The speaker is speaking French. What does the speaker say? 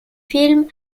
films